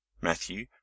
matthew